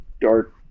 dark